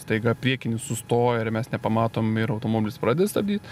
staiga priekinis sustoja ir mes nepamatom ir automobilis pradeda stabdyt